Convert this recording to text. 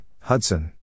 Hudson